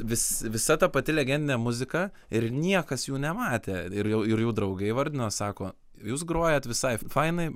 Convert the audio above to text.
vis visa ta pati legendinė muzika ir niekas jų nematė ir jau ir jų draugai įvardino sako jūs grojat visai fainai